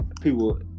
people